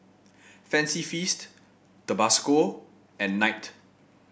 Fancy Feast Tabasco and Knight